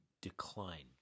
decline